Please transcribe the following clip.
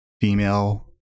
female